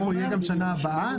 האסקפו יהיה גם בשנה הבאה?